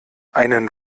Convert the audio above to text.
einen